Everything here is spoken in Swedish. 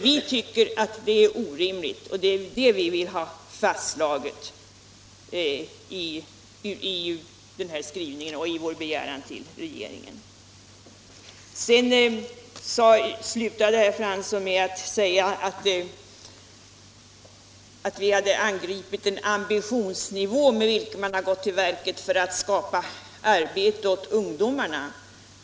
Vi tycker det är orimligt, och det är detta vi vill ha fastslaget i vår begäran till regeringen. Herr Fransson slutade med att vi hade angripit den ambitionsnivå med vilken regeringen gått till verket för att skapa arbete åt ungdomarna.